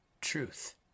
truth